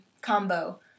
combo